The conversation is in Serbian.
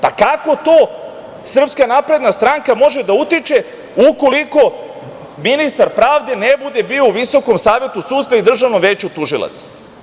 Pa, kako to SNS može da utiče ukoliko ministar pravde ne bude bio u Visokom savetu sudstva i Državnom veću tužilaca?